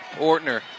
Ortner